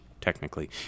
Technically